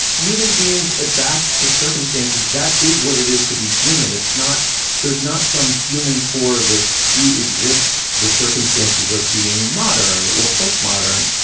human beings adapt to circumstances. that is what it is to be human. it's not there's not some human core that pre-exist the circumstances of being modern or post-modern.